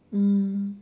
mm